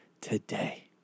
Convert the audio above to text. today